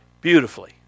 beautifully